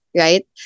right